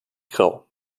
grau